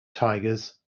tigers